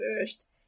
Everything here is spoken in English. first